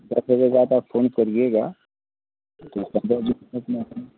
दस बजे के बाद आप फोन करिएगा